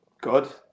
good